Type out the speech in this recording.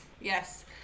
Yes